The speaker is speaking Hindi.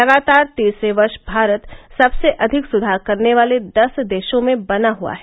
लगातार तीसरे वर्ष भारत सबसे अधिक सुधार करने वाले दस देशों में बना हुआ है